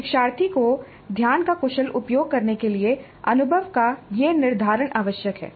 शिक्षार्थी के ध्यान का कुशल उपयोग करने के लिए अनुभव का यह निर्धारण आवश्यक है